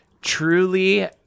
truly